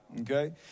okay